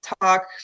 talk